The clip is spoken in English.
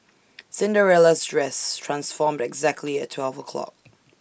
Cinderella's dress transformed exactly at twelve o'clock